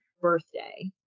birthday